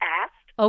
asked